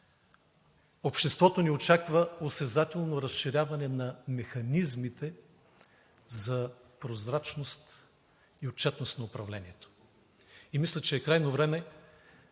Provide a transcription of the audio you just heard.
Обществото ни очаква осезателно разширяване на механизмите за прозрачност и отчетност на управлението. Мисля, че е крайно време